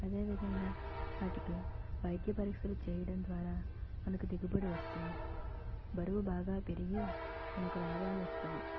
అదే విధంగా వాటికి వైద్య పరీక్షలు చేయడం ద్వారా మనకి దిగుబడి వస్తుంది బరువు బాగా పెరిగి మనకు లాభాలు వస్తాయి